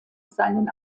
seinen